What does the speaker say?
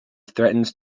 threatens